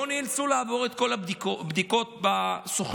לא נאלצו לעבור את כל הבדיקות בסוכנות.